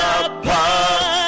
apart